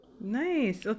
Nice